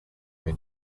been